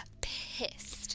pissed